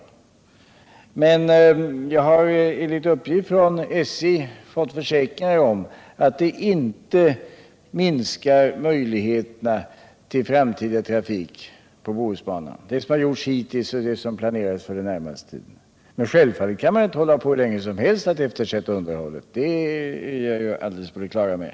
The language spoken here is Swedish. Men jag har från SJ fått försäkringar om att det inte minskar möjligheterna till framtida trafik på Bohusbanan. Men naturligtvis kan man inte hålla på hur länge som helst och eftersätta underhållet — det är jag helt på det klara med.